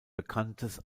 bekanntes